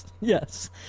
yes